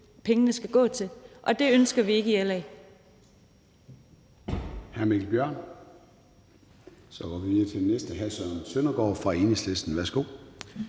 pengene skal gå til. Det ønsker vi ikke i LA.